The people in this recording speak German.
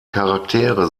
charaktere